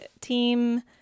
team